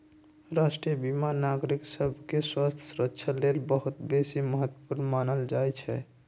राष्ट्रीय बीमा नागरिक सभके स्वास्थ्य सुरक्षा लेल बहुत बेशी महत्वपूर्ण मानल जाइ छइ